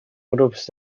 grups